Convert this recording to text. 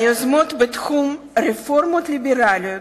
היוזמות בתחום רפורמות ליברליות,